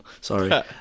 Sorry